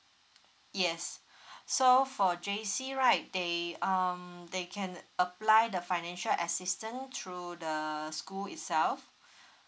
yes so for J_C right they um they can apply the financial assistance through the school itself